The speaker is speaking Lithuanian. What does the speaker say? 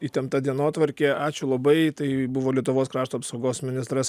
įtempta dienotvarkė ačiū labai tai buvo lietuvos krašto apsaugos ministras